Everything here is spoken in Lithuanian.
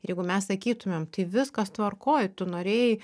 ir jeigu mes sakytumėm tai viskas tvarkoj tu norėjai